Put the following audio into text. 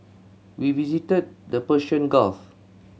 we visited the Persian Gulf